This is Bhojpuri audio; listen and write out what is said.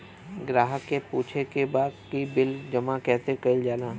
ग्राहक के पूछे के बा की बिल जमा कैसे कईल जाला?